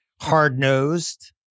hard-nosed